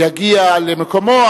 יגיע למקומו,